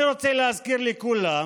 אני רוצה להזכיר לכולם